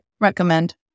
recommend